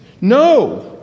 No